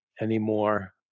anymore